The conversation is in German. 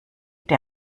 der